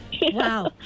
wow